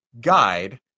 guide